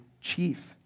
chief